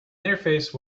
interface